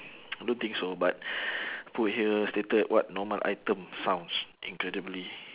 don't think so but put here stated what normal item sounds incredibly